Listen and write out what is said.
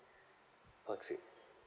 per trip